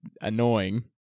annoying